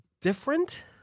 different